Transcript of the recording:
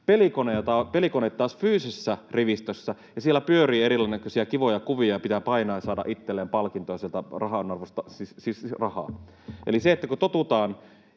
pelikoneita taas fyysisessä rivistössä, ja siellä pyörii erinäköisiä kivoja kuvia ja pitää painaa ja saada itselleen palkintoa, siis rahaa. Eli kun totutaan